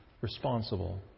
responsible